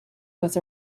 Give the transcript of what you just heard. was